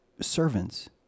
servants